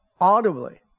audibly